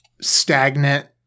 stagnant